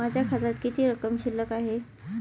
माझ्या खात्यात किती रक्कम शिल्लक आहे?